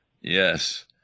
Yes